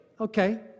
Okay